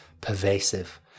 pervasive